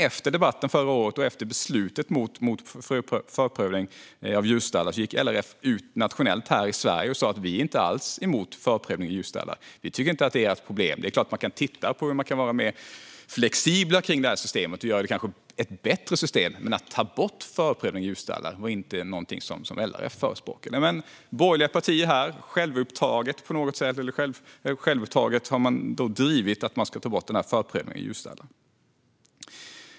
Efter debatten och beslutet mot förprövning av djurstallar förra året gick LRF ut nationellt i Sverige och sa: Vi är inte alls emot förprövning av djurstallar. Vi tycker inte att det är ett problem. Det är klart att man kan titta på hur man kan vara mer flexibel och kanske göra systemet bättre. Men att ta bort förprövning av djurstallar var inte någonting som LRF förespråkade. Borgerliga partier har dock självpåtaget drivit att man ska ta bort förprövningen av djurstallar.